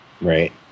Right